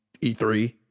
E3